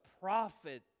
prophet